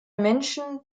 menschen